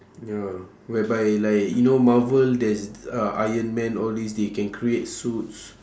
ya whereby like you know marvel there's uh iron man all these they can create suits